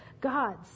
gods